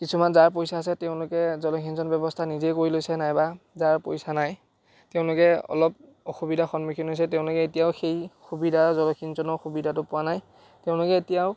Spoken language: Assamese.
কিছুমান যাৰ পইচা আছে তেওঁলোকে জলসিঞ্চন ব্যৱস্থা নিজে কৰি লৈছে নাইবা যাৰ পইচা নাই তেওঁলোকে অলপ অসুবিধা সন্মুখীন হৈছে তেওঁলোকে এতিয়াও সেই সুবিধা জলসিঞ্চনৰ সুবিধাটো পোৱা নাই তেওঁলোকে এতিয়াও